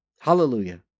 Hallelujah